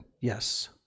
yes